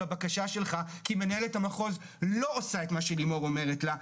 הבקשה שלך כי מנהלת המחוז לא עושה את מה שלימור אומרת לה,